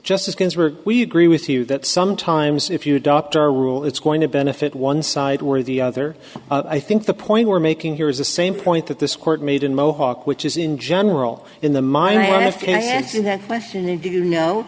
just as guns were we agree with you that sometimes if you adopt our rule it's going to benefit one side or the other i think the point we're making here is the same point that this court made in mohawk which is in general in the